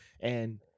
And-